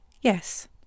Yes